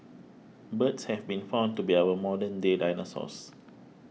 birds have been found to be our modern day dinosaurs